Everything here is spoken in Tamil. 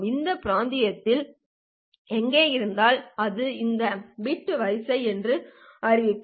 இந்த பிராந்தியத்தில் எங்கும் இருந்தால் அது இந்த பிட் வரிசை என்று அறிவிப்பேன்